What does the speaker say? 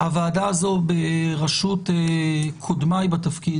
הוועדה הזו בראשות קודמיי בתפקיד,